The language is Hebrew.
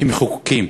כמחוקקים.